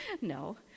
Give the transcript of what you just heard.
No